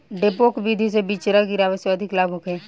डेपोक विधि से बिचरा गिरावे से अधिक लाभ होखे?